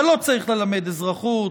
אבל לא צריך ללמד אזרחות,